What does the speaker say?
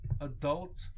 Adult